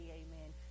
amen